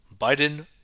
Biden